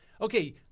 okay